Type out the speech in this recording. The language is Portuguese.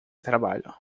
trabalho